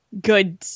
good